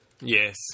Yes